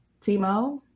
timo